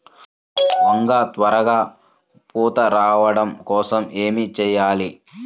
వంగ త్వరగా పూత రావడం కోసం ఏమి చెయ్యాలి?